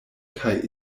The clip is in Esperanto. kaj